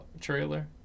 trailer